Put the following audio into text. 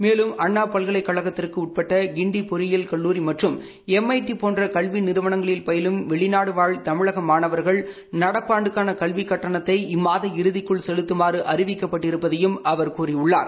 மேலும் அண்ணா பல்கலைக் கழகத்திற்கு உட்பட்ட கிண்டி பொறியியல் கல்லூரி மற்றம் எம்ஐடி போன்ற கல்வி நிறுவளங்களில் பயிலும் வெளிநாடு வாழ் தமிழக மாணவர்கள் நடப்பாண்டுக்காள கல்விக் கட்டனத்தை இம்மாத இறதிக்குள் செலுத்தமாறு அறிவிக்கப்பட்டிருப்பதாகவும் அவர் கூறியுள்ளார்